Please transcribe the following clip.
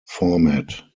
format